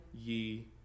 ye